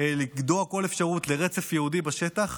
לגדוע כל אפשרות לרצף יהודי בשטח,